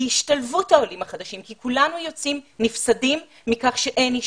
היא השתלבות העולים החדשים כי כולנו יוצאים נפסדים מכך שאין השתלבות.